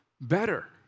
better